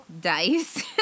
Dice